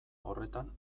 horretan